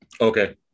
Okay